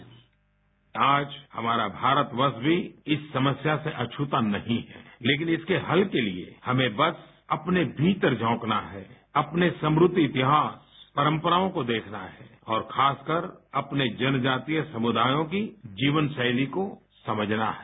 bite प्रधानमंत्री वैसे आज हमारा भारतवर्ष भी इस समस्या से अछूता नहीं है लेकिन इसके हल के लिए हमें बस अपने भीतर झाँकना है अपने समृद्ध इतिहास परंपराओं को देखना है और खासकर अपने जनजातीय समुदायों की जीवनशैली को समझना है